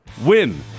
win